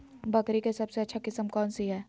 बकरी के सबसे अच्छा किस्म कौन सी है?